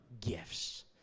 gifts